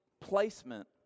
placement